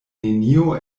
nenio